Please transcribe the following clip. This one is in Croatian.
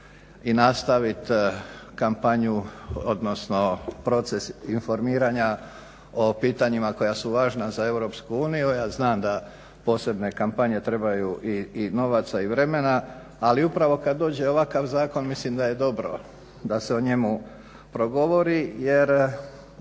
odnosno proces informiranja o pitanjima koja su važna za Europsku uniju. Ja znam da posebne kampanje trebaju i novaca i vremena, ali upravo kad dođe ovakav zakon mislim da je dobro da se o njemu progovori jer